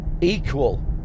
equal